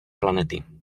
planety